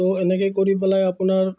ত' এনেকৈ কৰি পেলাই আপোনাৰ